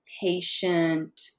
patient